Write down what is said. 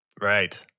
Right